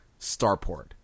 starport